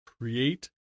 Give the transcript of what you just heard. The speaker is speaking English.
Create